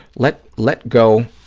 let let go